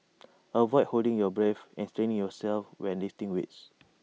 avoid holding your breath and straining yourself when lifting weights